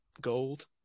gold